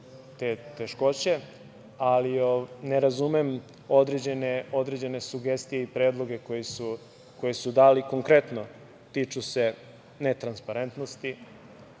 te teškoće, ali ne razumem određene sugestije i predloge koje su dali, a konkretno se tiču netransparentnosti.